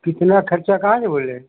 कितना ख़र्चा कहाँ से बोल रहें